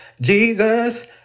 Jesus